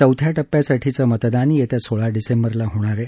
चौथ्या टप्प्यासाठीचं मतदान येत्या सोळा डिसेंबरला होणार आहे